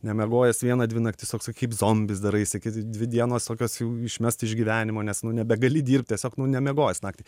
nemiegojęs vieną dvi naktis toksai kaip zombis daraisi kai dvi dienos tokios jau išmest iš gyvenimo nes nu nebegali dirbt tiesiog nu nemiegojęs naktį